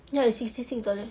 ya it's sixty six dollars